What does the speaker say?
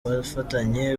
bufatanye